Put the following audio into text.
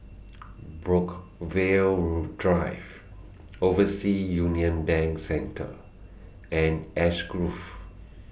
Brookvale Drive Overseas Union Bank Centre and Ash Grove